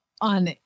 on